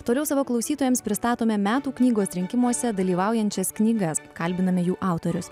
toliau savo klausytojams pristatome metų knygos rinkimuose dalyvaujančias knygas kalbiname jų autorius